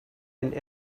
end